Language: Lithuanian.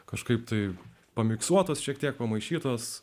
kažkaip taip pamiksuotos šiek tiek pamaišytos